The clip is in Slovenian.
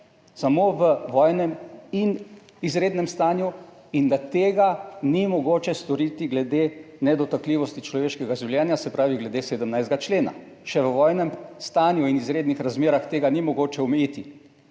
samo v vojnem in izrednem stanju in da tega ni mogoče storiti glede nedotakljivosti človeškega življenja, se pravi glede 17. člena, še v vojnem stanju in izrednih razmerah tega ni mogoče omejiti.